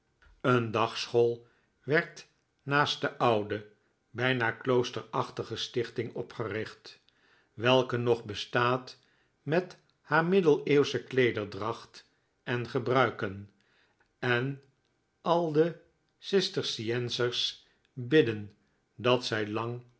een dagschool werd naast de oude bijna kloosterachtige stichting opgericht welke nog bestaat met haar middeleeuwsche kleederdracht en gebruiken en al de cisterciencers bidden dat zij lang